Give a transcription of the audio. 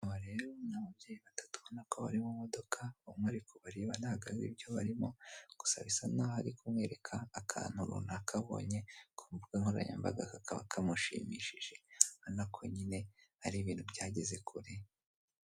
Aba rero ni ababyeyi batatu ubona ko bari mu modoka, umwe ari kubareba ntabwo azi ibyo barimo, gusa bisa n'aho ari kumwereka akantu runaka abonye ku mbuga nkoranyambaga, kakaba kamushimishije; urabona ko nyine ari ibintu byageze kure.